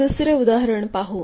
दुसरे उदाहरण पाहू